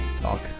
talk